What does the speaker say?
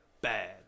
bad